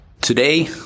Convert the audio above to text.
Today